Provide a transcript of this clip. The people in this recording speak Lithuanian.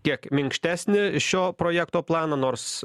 kiek minkštesnį šio projekto planą nors